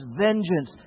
vengeance